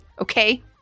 okay